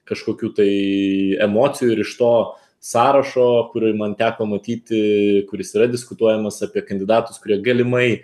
kažkokių tai emocijų ir iš to sąrašo kurį man teko matyti kuris yra diskutuojamas apie kandidatus kurie galimai